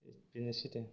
बेनैसै दे